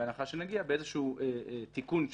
אנשי הממלכה ואורחים נכבדים,